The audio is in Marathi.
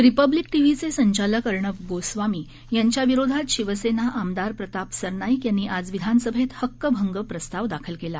रिपब्लिक टीव्हीचे संचालक अर्णब गोस्वामी यांच्याविरोधात शिवसेना आमदार प्रताप सरनाईक यांनी आज विधानसभेत हक्कभंग प्रस्ताव दाखल केला